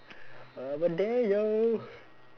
one more day yo